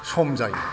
सम जायो